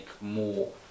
more